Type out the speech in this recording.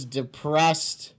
depressed